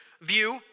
view